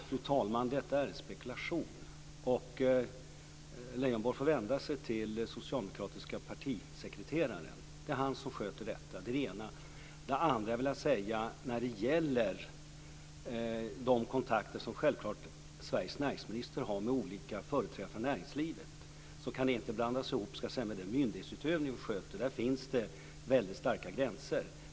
Fru talman! Detta är en spekulation. Leijonborg får vända sig till den socialdemokratiske partisekreteraren. Det är han som sköter detta. Det är det ena. Det andra som jag vill säga gäller de kontakter som Sveriges näringsminister självfallet har med olika företrädare för näringslivet. De kan inte blandas ihop med den myndighetsutövning som vi sköter. Där finns väldigt starka gränser.